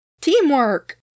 Teamwork